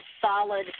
solid